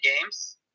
games